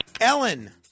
Ellen